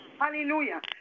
Hallelujah